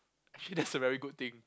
actually that is a very good thing